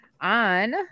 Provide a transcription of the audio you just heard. on